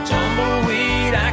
Tumbleweed